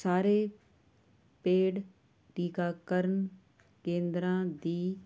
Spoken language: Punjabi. ਸਾਰੇ ਪੇਡ ਟੀਕਾਕਰਨ ਕੇਂਦਰਾਂ ਦੀ